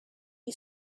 you